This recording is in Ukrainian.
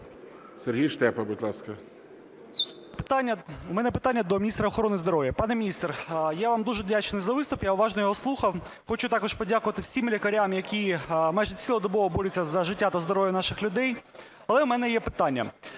Сергій Штепа, будь ласка. 11:06:52 ШТЕПА С.С. У мене питання до міністра охорони здоров'я. Пане міністре, я вам дуже вдячний за виступ, я уважно його слухав. Хочу також подякувати всім лікарям, які майже цілодобово борються за життя та здоров'я наших людей. Але у мене є питання.